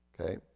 Okay